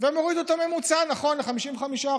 והם הורידו את הממוצע, נכון, ל-55%.